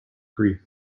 grief